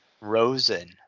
Rosen